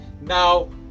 Now